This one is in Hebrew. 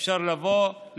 אפשר לבוא,